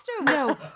No